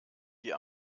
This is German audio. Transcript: die